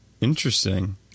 Interesting